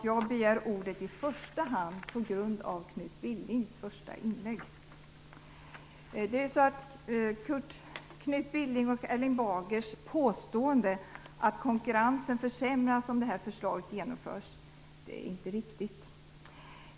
Jag begär ordet i första hand på grund av Knut Knut Billings och Erling Bagers påstående att konkurrensen försämras om det här förslaget genomförs är inte riktigt.